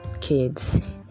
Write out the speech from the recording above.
kids